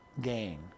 gain